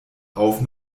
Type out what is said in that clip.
auf